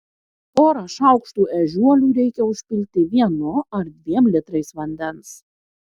porą šaukštų ežiuolių reikia užpilti vienu ar dviem litrais vandens